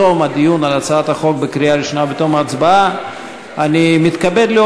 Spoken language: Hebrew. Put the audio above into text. בתום הדיון על הצעת החוק בקריאה ראשונה ובתום ההצבעה,